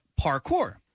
parkour